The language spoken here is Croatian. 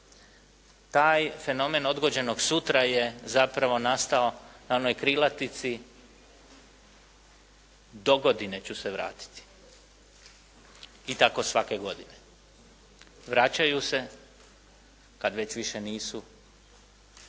Taj fenomen odgođenog sutra je zapravo nastao na onoj krilatici dogodine ću se vratiti i tako svake godine. Vraćaju se kad već više nisu